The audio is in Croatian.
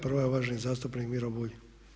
Prva je uvaženi zastupnik Miro Bulj.